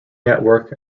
network